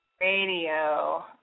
Radio